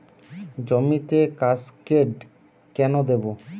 জমিতে কাসকেড কেন দেবো?